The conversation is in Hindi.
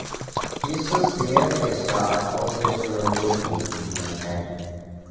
इस शेयर के साथ ऑपरेशनल जोखिम कितना है?